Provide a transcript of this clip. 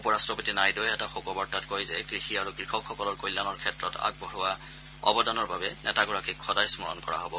উপ ৰাট্টপতি নাইডুৱে এটা শোকবাৰ্তাত কয় যে কৃষি আৰু কৃষকসকলৰ কল্যাণৰ ক্ষেত্ৰত আগবঢ়োৱা অৱদানৰ বাবে নেতাগৰাকীক সদায় স্মৰণ কৰা হ'ব